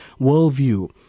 worldview